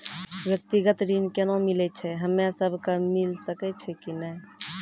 व्यक्तिगत ऋण केना मिलै छै, हम्मे सब कऽ मिल सकै छै कि नै?